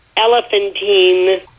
elephantine